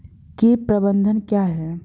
कीट प्रबंधन क्या है?